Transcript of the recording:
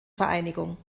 vereinigung